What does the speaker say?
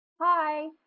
Hi